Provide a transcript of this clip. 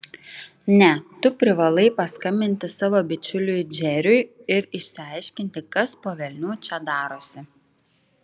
ne tu privalai paskambinti savo bičiuliui džeriui ir išsiaiškinti kas po velnių čia darosi